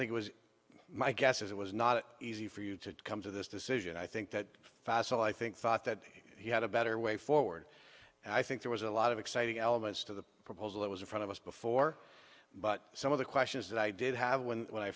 think it was my guess is it was not easy for you to come to this decision i think that facile i think thought that he had a better way forward and i think there was a lot of exciting elements to the proposal that was in front of us before but some of the questions that i did have when when i